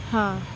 ہاں